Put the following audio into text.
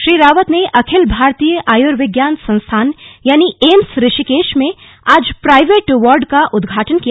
श्री रावत ने अखिल भारतीय आयुर्विज्ञान संस्थान यानि एम्स ऋषिकेश में आज प्राईवेट वार्ड का उद्घाटन किया